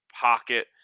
pocket